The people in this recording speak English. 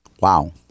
Wow